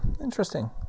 interesting